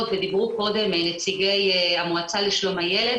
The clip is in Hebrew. ודיברו קודם נציגי המועצה לשלום הילד,